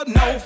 no